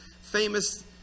famous